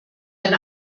ein